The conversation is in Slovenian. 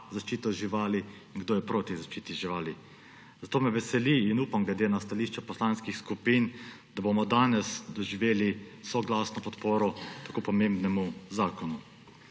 zaščito živali in kdo je proti zaščiti živali. Zato me veseli in upam glede na stališče poslanskih skupin, da bomo danes doživeli soglasno podporo tako pomembnemu zakonu.